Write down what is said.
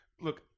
Look